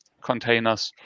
containers